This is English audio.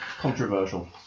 Controversial